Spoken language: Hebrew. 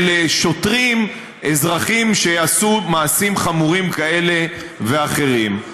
של שוטרים אזרחים שעשו מעשים חמורים כאלה ואחרים.